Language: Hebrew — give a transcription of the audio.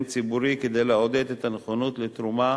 ציבורי כדי לעודד את הנכונות לתרומה